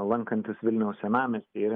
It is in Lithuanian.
lankantis vilniaus senamiestyje